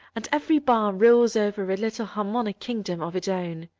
and every bar rules over a little harmonic kingdom of its own.